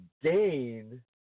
gain